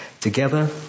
together